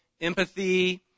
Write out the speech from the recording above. empathy